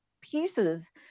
pieces